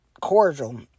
cordial